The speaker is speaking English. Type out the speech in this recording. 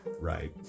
Right